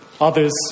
others